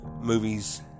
movies